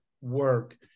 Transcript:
work